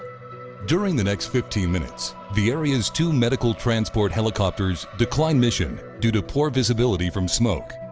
during the next fifteen minutes the area's two medical transport helicopters decline mission due to poor visibility from smoke.